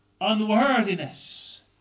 unworthiness